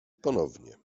ponownie